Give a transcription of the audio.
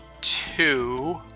two